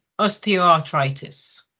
osteoarthritis